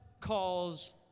calls